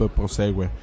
prosegue